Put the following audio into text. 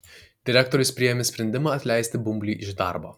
direktorius priėmė sprendimą atleisti bumblį iš darbo